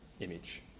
image